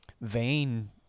vain